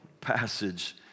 passage